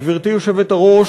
גברתי היושבת-ראש,